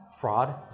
fraud